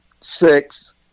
six